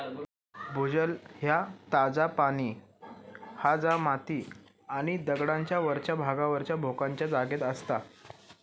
भूजल ह्या ताजा पाणी हा जा माती आणि दगडांच्या वरच्या भागावरच्या भोकांच्या जागेत असता